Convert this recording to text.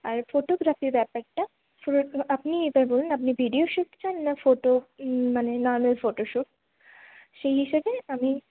আর ফটোগ্রাফির ব্যাপারটা আপনি এটা বলুন আপনি ভিডিও শুট চান না ফটো মানে নর্মাল ফটো শুট সেই হিসাবে আমি